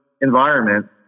environment